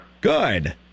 Good